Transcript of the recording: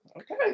okay